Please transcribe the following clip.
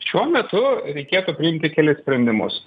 šiuo metu reikėtų priimti kelis sprendimus